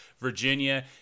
virginia